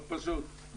מאוד פשוט.